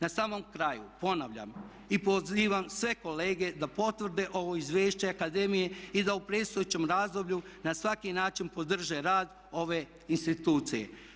Na samom kraju ponavljam i pozivam sve kolege da potvrde ovo izvješće akademije i da u predstojećem razdoblju na svaki način podrže rad ove institucije.